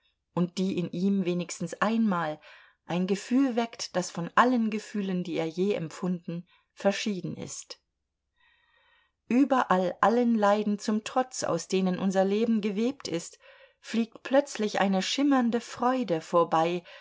und die in ihm wenigstens einmal ein gefühl weckt das von allen gefühlen die er je empfunden verschieden ist überall allen leiden zum trotz aus denen unser leben gewebt ist fliegt plötzlich eine schimmernde freude vorbei